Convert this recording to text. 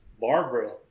Barbara